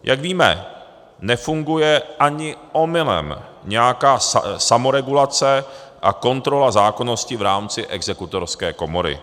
Jak víme, nefunguje ani omylem nějaká samoregulace a kontrola zákonnosti v rámci Exekutorské komory.